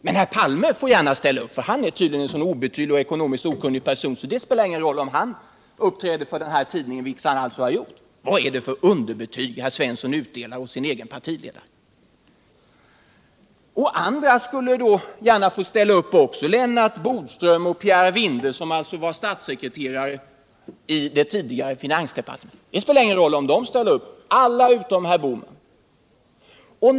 Men herr Palme får gärna ställa upp, därför att han är en så obetydlig och okunnig person, så det spelar ingen roll om han uppträder för tidningen. Det har han också gjort. Vilket underbetyg är det herr Svensson utdelar åt sin egen partiledare? Andra personer skulle också kunna ställa upp, t.ex. Lennart Bodström eller Pierre Vinde som var statssekreterare i det tidigare finansdepartementet. Det spelar ingen roll om dessa personer ställer upp. Alla får göra det, utom herr Bohman.